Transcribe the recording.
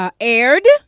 aired